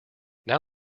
now